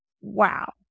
Wow